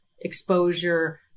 exposure